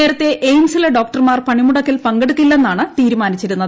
നേരത്തെ എയിംസിലെ ഡോക്ടർമാർ പണിമുടക്കിൽ പങ്കെടുക്കില്ലെന്നാണ് തീരുമാനിച്ചിരുന്നത്